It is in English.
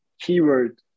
keyword